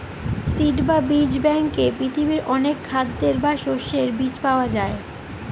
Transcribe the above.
seed বা বীজ ব্যাঙ্কে পৃথিবীর অনেক খাদ্যের বা শস্যের বীজ পাওয়া যায়